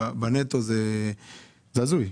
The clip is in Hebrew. זה הזוי.